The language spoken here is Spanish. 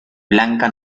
blanca